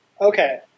Okay